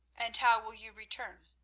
and how will you return?